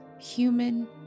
human